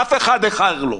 אף אחד אחר לא.